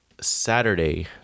Saturday